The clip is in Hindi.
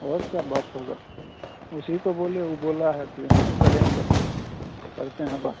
और क्या बात होगी उसी को बोले वह बोला है कि हाँ करेंगे करते हैं बात